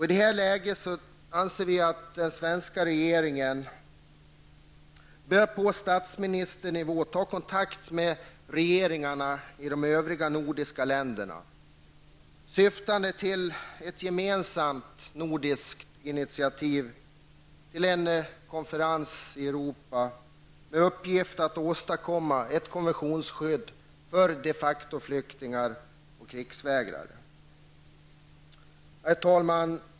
I detta läge bör den svenska regeringen på statsministernivå ta kontakt med regeringarna i de övriga nordiska länderna för ett gemensamt nordiskt initiativ till en konferens i Europa med uppgift att åstadkomma ett konventionsskydd för de facto-flyktingar och krigsvägrare. Herr talman!